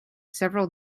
several